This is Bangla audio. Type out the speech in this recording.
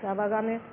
চা বাগানে